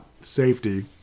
safety